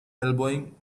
elbowing